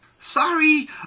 Sorry